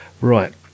right